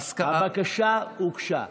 הבקשה הוגשה.